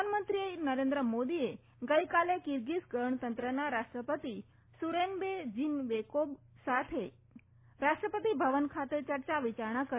પ્રધાનમંત્રી નરેન્દ્ર મોદીએ ગઈકાલે કિરગીઝ ગણતંત્રના રાષ્ટ્રપતિ સુરોનબે જીનબેકોબ સાથે ગઈકાલે રાષ્ટ્રપતિ ભવન ખાતે ચર્ચા વિચારણા કરી